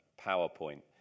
PowerPoint